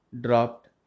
dropped